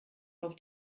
auf